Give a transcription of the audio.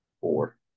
Four